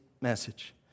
message